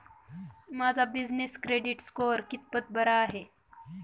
माझा business credit score कितपत बरा आहे?